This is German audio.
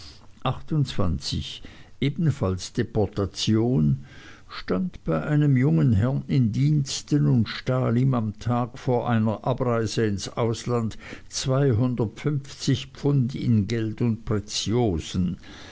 ebenfalls deportation stand bei einem jungen herrn in diensten und stahl ihm am tag vor einer reise ins ausland zweihundertfünfzig pfund in geld und